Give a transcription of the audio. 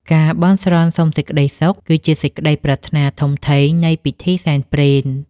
ការបន់ស្រន់សុំសេចក្ដីសុខ គឺជាសេចក្ដីប្រាថ្នាធំធេងនៃពិធីសែនព្រេន។